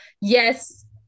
Yes